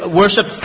worship